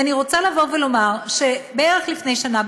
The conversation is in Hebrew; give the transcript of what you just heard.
ואני רוצה לבוא ולומר שבערך לפני שנה,